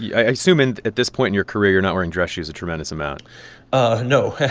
yeah i assume and at this point in your career, you're not wearing dress shoes a tremendous amount ah no.